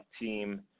team